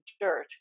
dirt